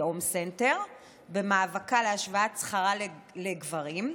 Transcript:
הום סנטר במאבקה להשוואת שכרה לגברים,